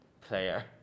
player